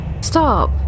Stop